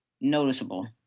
noticeable